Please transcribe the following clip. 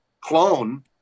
clone